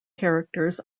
characters